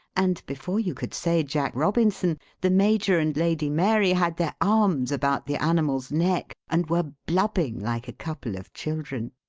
and before you could say jack robinson, the major and lady mary had their arms about the animal's neck and were blubbing like a couple of children.